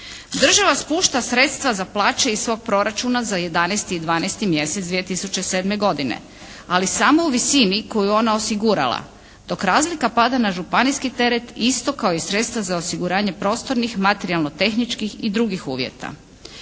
Država spušta sredstva za plaće iz svog proračuna za 11. i 12. mjesec 2007. godine ali samo u visini koju je ona osigurala dok razlika pada na županijski teret isto kao i sredstva za osiguranje prostornih, materijalno-tehničkih i drugih uvjeta.